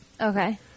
Okay